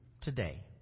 today